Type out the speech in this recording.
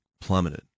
plummeted